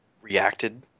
Reacted